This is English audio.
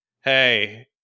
Hey